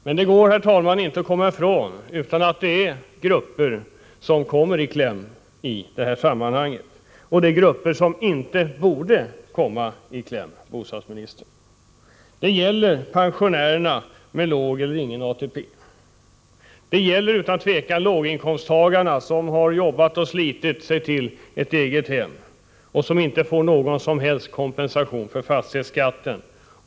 Men det går inte att komma ifrån att grupper som inte borde drabbas kommer i kläm i det här sammanhanget, bostadsministern. Det gäller pensionärerna med låg eller ingen av ATP. Det gäller utan tvivel också de låginkomsttagare som har jobbat och slitit sig till ett eget hem och som inte får någon som helst kompensation för fastighetsskatten.